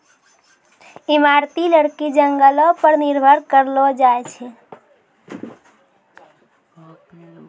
इमारती लकड़ी जंगलो पर निर्भर करलो जाय छै